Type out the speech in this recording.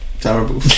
Terrible